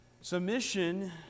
Submission